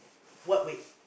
what wait